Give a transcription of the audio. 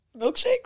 Milkshakes